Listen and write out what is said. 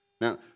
Now